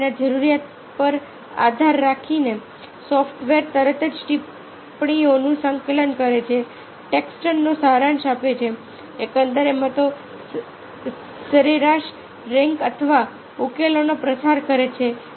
કાર્યની જરૂરિયાત પર આધાર રાખીને સોફ્ટવેર તરત જ ટિપ્પણીઓનું સંકલન કરે છે ટેક્સ્ટનો સારાંશ આપે છે એકંદર મતો સરેરાશ રેન્ક અથવા ઉકેલોનો પ્રસાર કરે છે